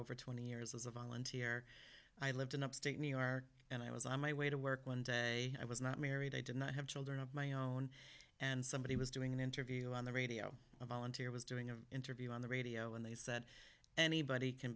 twenty years as a volunteer i lived in upstate new york and i was on my way to work one day i was not married i did not have children of my own and somebody was doing an interview on the radio a volunteer was doing an interview on the radio and they said anybody can